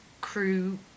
crew